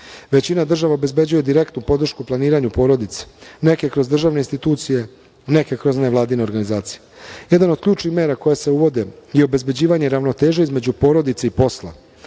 Većina država obezbeđuje direktnu podršku u planiranju porodice, neke kroz državne institucije, neke kroz nevladine organizacije. Jedna od ključnih mera koje se uvode je obezbeđivanje i ravnoteže između porodice i posla.